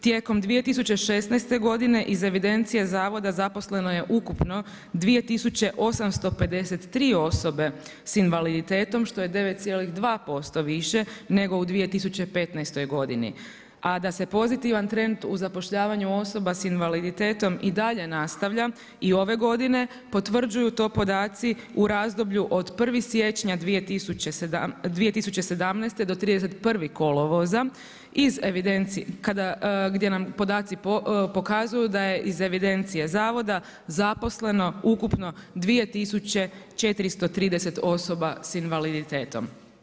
Tijekom 2016. godine iz evidencije zavoda zaposleno je ukupno 2853 osobe s invaliditetom što je 9,2% više nego u 2015. godini a da se pozitivan trend u zapošljavanju osoba sa invaliditetom i dalje nastavlja i ove godine potvrđuju to podaci u razdoblju 1. siječnja 2017. do 31. kolovoza iz evidencije, kada, gdje nam podaci pokazuju da je iz evidencije zavoda zaposleno ukupno 2 tisuće 430 osoba sa invaliditetom.